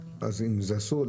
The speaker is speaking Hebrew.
אם זה אסור,